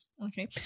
Okay